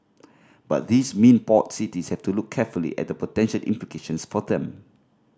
but these mean port cities have to look carefully at the potential implications for them